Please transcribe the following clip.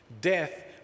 Death